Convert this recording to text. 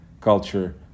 culture